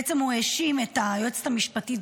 בעצם הוא האשים את היועצת המשפטית,